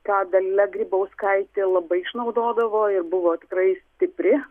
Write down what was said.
ką dalia grybauskaitė labai išnaudodavo ir buvo tikrai stipri